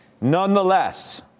Nonetheless